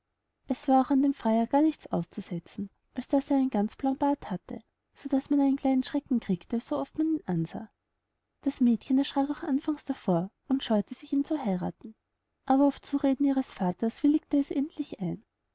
es war auch an dem freier gar nichts auszusetzen als daß er einen ganz blauen bart hatte so daß man einen kleinen schrecken kriegte so oft man ihn ansah das mädchen erschrack auch anfangs davor und scheute sich ihn zu heirathen aber auf zureden ihres vaters willigte es endlich ein